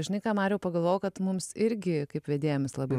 žinai ką mariau pagalvojau kad mums irgi kaip vedėjam jis labai